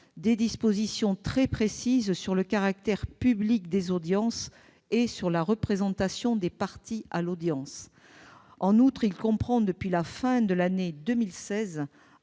des dispositions très précises quant au caractère public des audiences et à la représentation des parties à l'audience. En outre, depuis la fin de l'année 2016,